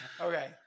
Okay